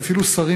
ואפילו שרים,